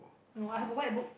no I have a white book